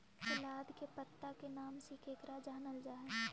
सलाद के पत्ता के नाम से केकरा जानल जा हइ?